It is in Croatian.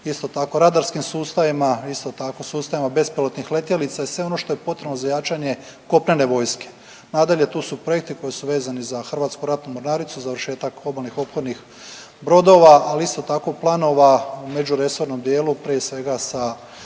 isto tako radarskim sustavima, isto tako sustavima bespilotnih letjelica i sve ono što je potrebno za jačanje kopnene vojske. Nadalje, tu su projekti koji su vezani za Hrvatsku ratnu mornaricu, završetak obalnih oklopnih brodova, ali isto tako planova u međuresornom dijelu prije svega sa